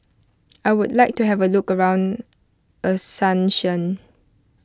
I would like to have a look around Asuncion